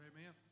Amen